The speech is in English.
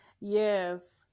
Yes